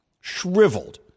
shriveled